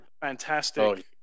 fantastic